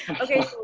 Okay